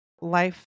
life